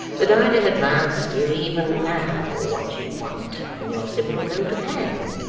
that i'd have advanced you, even now, what you want, on your simple note of hand,